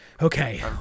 Okay